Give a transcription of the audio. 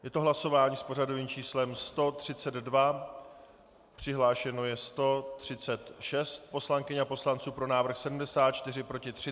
Je to hlasování s pořadovým číslem 132, přihlášeno je 136 poslankyň a poslanců, pro návrh 74, proti 30.